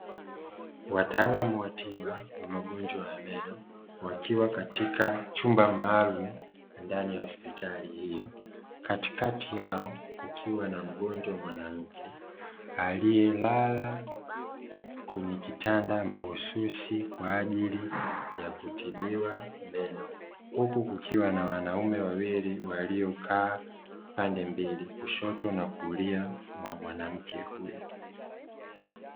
Wataalamu wa tiba wa magonjwa ya meno, wakiwa katika chumba maalumu ndani ya hospitali hiyo, katikati yao kukiwa na mgonjwa mwanamke aliyelala kwenye kitanda mahususi kwa ajili ya kutibiwa meno, huku kukiwa na wanaume wawili waliokaa pande mbili (kushoto na kulia) mwa mwanamke huyo.